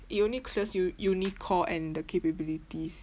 it only clears u~ uni core and the capabilities